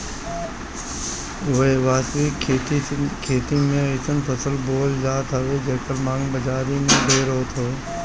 व्यावसायिक खेती में अइसन फसल बोअल जात हवे जेकर मांग बाजारी में ढेर होत हवे